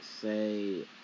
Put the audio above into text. say